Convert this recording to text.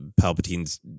Palpatine's